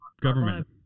Government